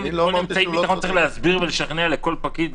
צריך להסביר ולשכנע כל פקיד?